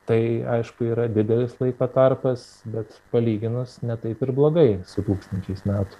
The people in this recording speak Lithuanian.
tai aišku yra didelis laiko tarpas bet palyginus ne taip ir blogai su tūkstančiais metų